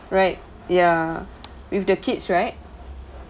right ya with the kids right